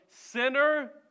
sinner